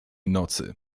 nocy